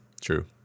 True